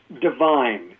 divine